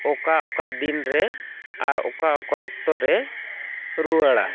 ᱚᱠᱟ ᱚᱠᱟ ᱫᱤᱱ ᱨᱮ ᱟᱨ ᱚᱠᱟ ᱚᱠᱟ ᱚᱠᱛᱚ ᱨᱮ ᱨᱩᱣᱟᱹᱲᱟ